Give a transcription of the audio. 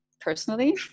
personally